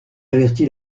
averti